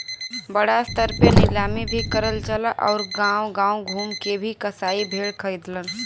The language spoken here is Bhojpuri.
बड़ा स्तर पे नीलामी भी करल जाला आउर गांव गांव घूम के भी कसाई भेड़ खरीदलन